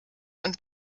und